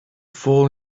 fall